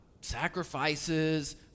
sacrifices